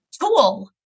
Tool